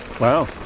wow